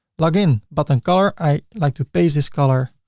login button color, i like to paste this color,